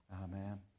Amen